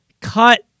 cut